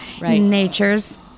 nature's